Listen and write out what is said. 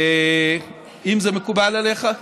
האם זה מקובל עליך?